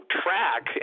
track